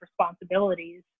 responsibilities